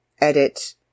edit